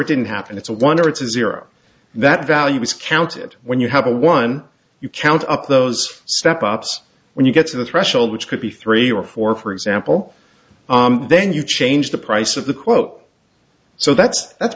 it didn't happen it's a wonder it's a zero that value is counted when you have a one you count up those step ups when you get to the threshold which could be three or four for example then you change the price of the quote so that's that's